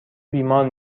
بیمار